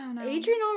adrian